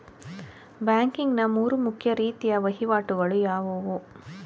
Banking ನ ಮೂರು ಮುಖ್ಯ ರೀತಿಯ ವಹಿವಾಟುಗಳು ಯಾವುವು?